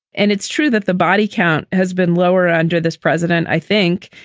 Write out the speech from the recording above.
and it's true that the body count has been lower under this president, i think,